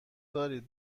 دارید